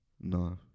No